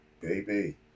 baby